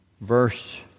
verse